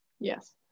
yes